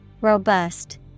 Robust